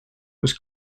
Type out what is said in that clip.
was